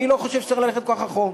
אני לא חושב שצריך ללכת כל כך רחוק,